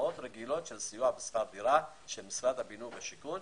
לקצבאות רגילות של סיוע בשכר דירה של משרד הבינוי והשיכון.